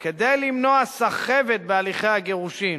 כדי למנוע סחבת בהליכי הגירושין,